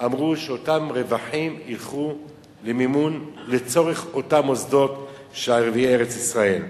אמרו שאותם רווחים ילכו למימון לצורך אותם מוסדות של ערביי ארץ-ישראל.